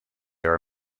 are